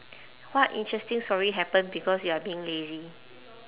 what interesting story happen because you are being lazy